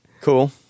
Cool